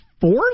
fourth